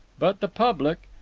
but the public,